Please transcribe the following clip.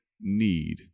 need